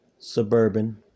suburban